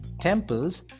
temples